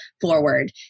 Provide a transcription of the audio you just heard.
forward